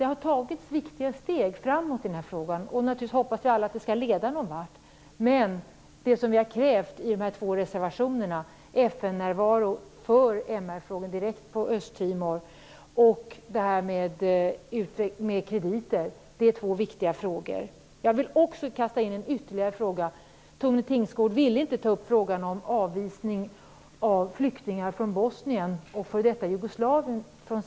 Det har tagits viktiga steg i den här frågan, och naturligtvis hoppas vi alla att det skall leda någon vart. Det som vi har krävt i två reservationer, FN-närvaro i Östtimor för MR-frågor och frågan om krediter, är två viktiga frågor. Jag vill också kasta in ytterligare en fråga. Tone Tingsgård ville inte ta upp frågan om avvisning från Sverige av flyktingar från Bosnien och f.d. Jugoslavien.